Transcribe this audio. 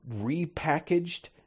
repackaged